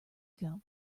ago